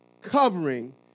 covering